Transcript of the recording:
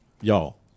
Y'all